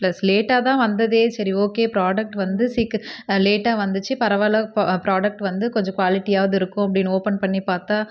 plus லேட்டாக தான் வந்ததே சரி ஓகே ப்ராடக்ட் வந்து சீக்க லேட்டாக வந்துச்சு பரவாயில்ல ப்ராடக்ட் வந்து கொஞ்சம் க்வாலிட்டியாவது இருக்கும் அப்படினு ஓப்பன் பண்ணி பார்த்தா